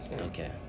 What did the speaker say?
okay